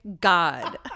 God